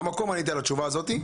במקום עניתי את התשובה הזאת.